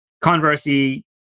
Conversely